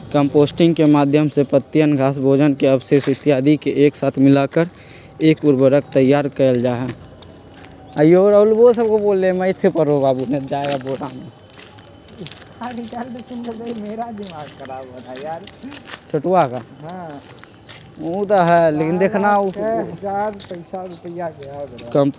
composting के माध्यम से पत्तियन, घास, भोजन के अवशेष इत्यादि के एक साथ मिलाकर एक उर्वरक तैयार कइल जाहई